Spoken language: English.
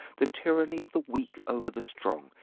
the tyranny of the weak over the strong.